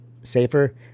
safer